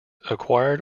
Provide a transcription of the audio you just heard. acquired